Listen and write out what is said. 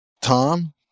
Tom